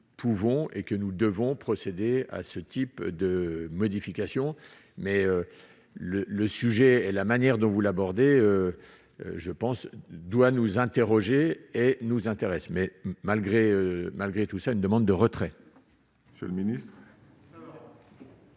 et que nous devons procéder à ce type de modification mais le le sujet et la manière dont vous l'abordez, je pense, doit nous interroger et nous intéresse mais malgré, malgré tout ça, une demande de retrait.